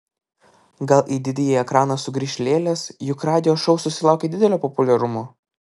gal į didįjį ekraną sugrįš lėlės juk radio šou susilaukė didelio populiarumo